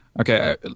okay